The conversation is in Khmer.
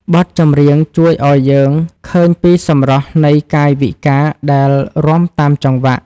បទចម្រៀងជួយឱ្យយើងឃើញពីសម្រស់នៃកាយវិការដែលរាំតាមចង្វាក់។